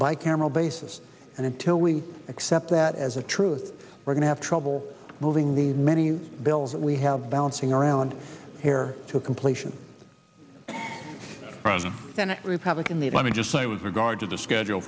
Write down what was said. by camel basis and until we accept that as a truth we're gonna have trouble moving the many bills that we have bouncing around here to completion from the senate republican the let me just say with regard to the schedule